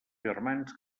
germans